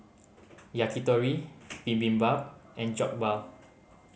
Yakitori Bibimbap and Jokbal